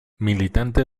militante